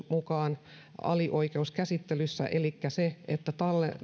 mukaan alioikeuskäsittelyssä elikkä se että